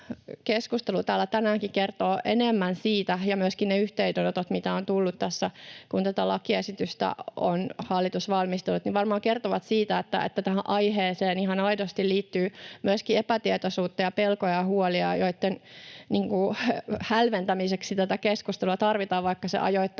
keskustelu tänäänkin ja myöskin ne yhteydenotot, mitä on tullut, kun tätä lakiesitystä on hallitus valmistellut, varmaan kertovat siitä, että tähän aiheeseen ihan aidosti liittyy myöskin epätietoisuutta ja pelkoja ja huolia, joitten hälventämiseksi tätä keskustelua tarvitaan, vaikka se ajoittain